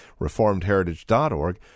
reformedheritage.org